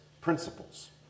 principles